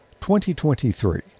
2023